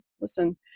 listen